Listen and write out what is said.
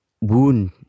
wound